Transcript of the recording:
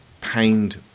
pained